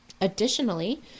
Additionally